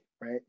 right